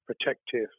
protective